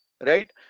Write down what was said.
right